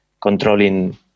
controlling